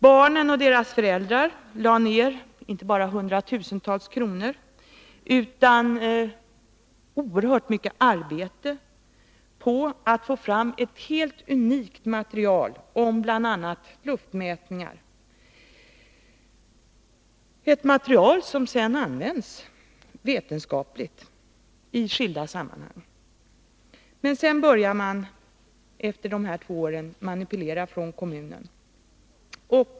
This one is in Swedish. Barnen och deras föräldrar lade ner inte bara hundratusentals kronor utan också oerhört mycket arbete på att få fram ett helt unikt material om bl.a. luftmätningar, ett material som sedan använts vetenskapligt i skilda sammanhang. Men sedan börjar, efter dessa två år, manipulationerna från kommunen.